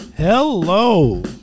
Hello